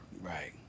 Right